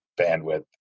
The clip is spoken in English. bandwidth